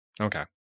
Okay